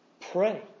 pray